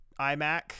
iMac